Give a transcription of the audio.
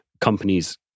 companies